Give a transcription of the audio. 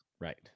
Right